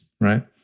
right